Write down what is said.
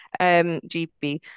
GB